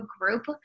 group